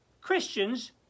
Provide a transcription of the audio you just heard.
Christians